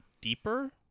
deeper